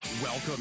Welcome